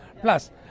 plus